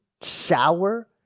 sour